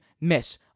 miss